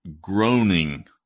groaning